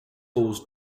falls